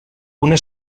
una